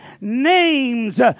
names